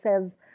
says